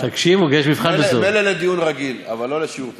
מילא לדיון רגיל, אבל לא לשיעור תורה.